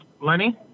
Lenny